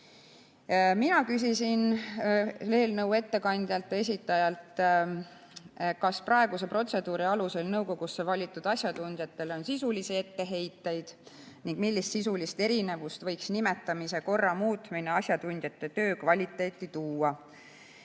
Mina küsisin eelnõu ettekandjalt või esitajalt, kas praeguse protseduuri alusel nõukogusse valitud asjatundjatele on sisulisi etteheiteid ning millist sisulist erinevust võiks nimetamise korra muutmine asjatundjate töö kvaliteeti tuua.